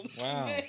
Wow